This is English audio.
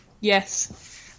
Yes